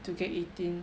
to get eighteen